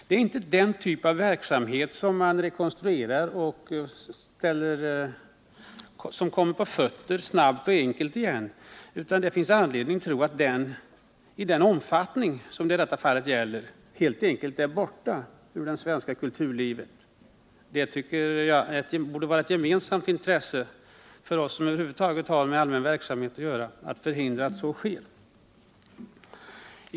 Det gäller inte en verksamhet som går att rekonstruera och som snabbt och enkelt kommer på fötter. Det finns anledning tro att verksamheten i den omfattning som den nu har helt enkelt är borta ur det svenska kulturlivet. Det borde vara ett gemensamt intresse för oss som över huvud taget har med allmän verksamhet att göra att förhindra att så sker.